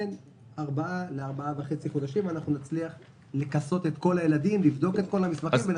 בין ארבעה לארבעה וחצי חודשים על מנת לבדוק את המסמכים של כולם.